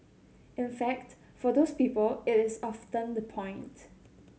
in fact for those people it is often the point